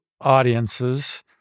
audiences